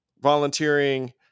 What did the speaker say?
volunteering